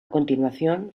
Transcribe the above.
continuación